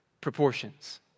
proportions